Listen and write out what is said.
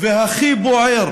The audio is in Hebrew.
והכי בוער